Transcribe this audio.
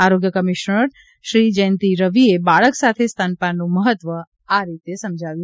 આરોગ્ય કમિશનર જયંતિ રવિએ બાળક સાથે સ્તનપાનનું મહત્વ આ રીતે સમજાવ્યું